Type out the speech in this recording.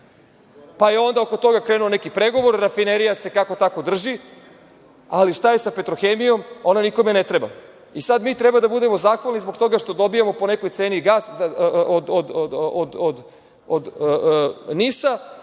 pa je onda oko toga krenuo neki pregovor, „Rafinerija“ se kako – tako drži, ali šta je sa „Petrohemijom“? Ona nikome ne treba. Sad mi treba da budemo zahvalni zbog toga što treba da dobijemo po nekoj ceni gas od NIS,